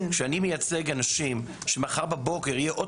כשאני מייצג אנשים שמחר בבוקר יהיה עוד